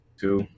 two